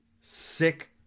Sick